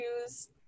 choose